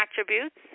attributes